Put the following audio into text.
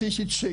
ה-90'.